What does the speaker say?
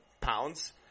pounds